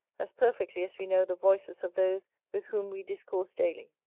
as perfectly as we know the voices of those with whom we discourse daily.